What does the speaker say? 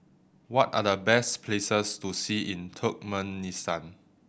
what are the best places to see in Turkmenistan